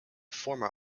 former